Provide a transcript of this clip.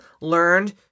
learned